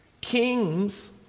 kings